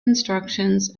instructions